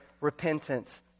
repentance